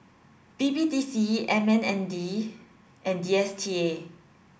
B B D C M M N D and D S T A